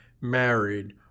married